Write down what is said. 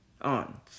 on